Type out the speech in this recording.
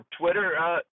Twitter